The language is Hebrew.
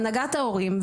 הנהגת ההורים,